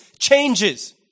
changes